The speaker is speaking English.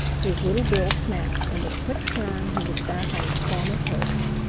his little bill snapped and with a quick turn he was back on his former perch,